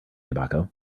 tobacco